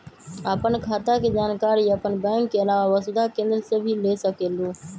आपन खाता के जानकारी आपन बैंक के आलावा वसुधा केन्द्र से भी ले सकेलु?